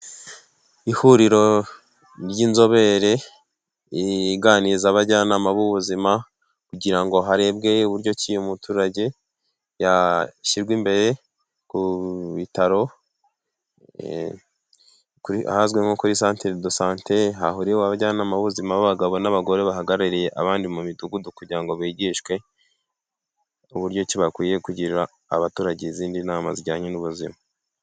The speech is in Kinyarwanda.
Ihuriro ry'inzobere iganiriza abajyanama b'ubuzima, kugira ngo harebwe uburyo umuturage yashyirwa imbere ku bitaro, ahazwi nko kuri santere dosante, hahuriwe abajyanama b'uzima b'abagabo n'abagore bahagarariye abandi mu midugudu, kugira ngo bigishwe uburyo bakwiye kugirira abaturage izindi nama zijyanye n'ubuzima.